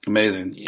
Amazing